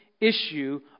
issue